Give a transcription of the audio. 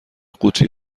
قوطی